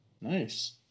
Nice